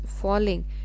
falling